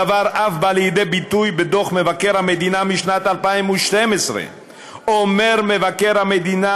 הדבר אף בא לידי ביטוי בדוח מבקר המדינה משנת 2012. מבקר המדינה